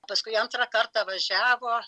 paskui antrą kartą važiavo